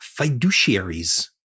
fiduciaries